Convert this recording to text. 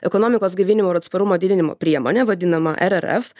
ekonomikos gaivinimo ir atsparumo didinimo priemonę vadinamą rrf